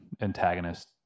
antagonist